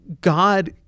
God—